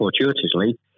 fortuitously